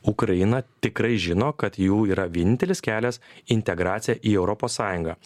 ukraina tikrai žino kad jų yra vienintelis kelias integracija į europos sąjungą